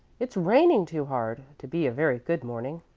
it's raining too hard to be a very good morning.